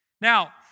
Now